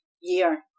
year